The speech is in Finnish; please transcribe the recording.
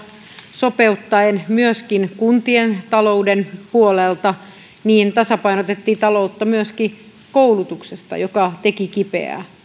sopeuttaen myöskin kuntien talouden puolelta tasapainotettiin taloutta myöskin koulutuksesta mikä teki kipeää